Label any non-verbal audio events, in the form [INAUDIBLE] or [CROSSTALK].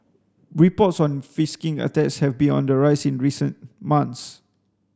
reports on [UNINTELLIGIBLE] attacks have been on the rise in recent months